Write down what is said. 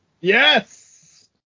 Yes